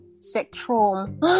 spectrum